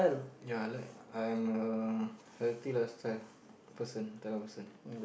ya I like I'm a healthy lifestyle person type of person